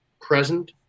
present